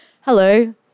hello